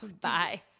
bye